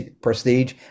prestige